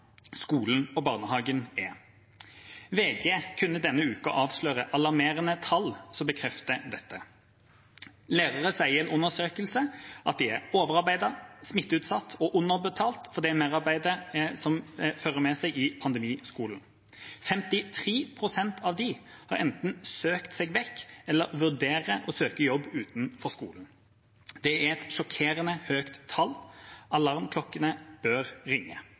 skolen og barnehagen er. VG kunne denne uka avsløre alarmerende tall som bekrefter dette. Lærere sier i en undersøkelse at de er overarbeidet, smitteutsatt og underbetalt for det merarbeidet som pandemien fører med seg i skolen. 53 pst. av dem har enten søkt seg vekk eller vurderer å søke jobb utenfor skolen. Det er et sjokkerende høyt tall. Alarmklokkene bør ringe.